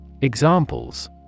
Examples